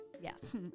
yes